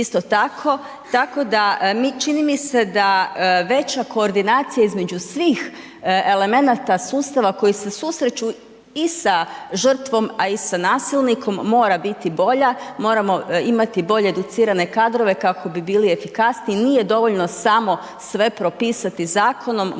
tako da mi, činim mi se da veća koordinacija između svih elemenata sustava koji se susreću i sa žrtvom, a i sa nasilnikom mora biti bolja, moramo imati bolje educirane kadrove kako bi bili efikasniji, nije dovoljno samo sve propisati zakonom,